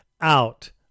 out